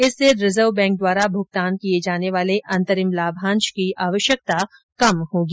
इससे reserve bank द्वारा भुगतान किए जाने वाले अंतरिम लाभांश की आवश्यकता कम होगी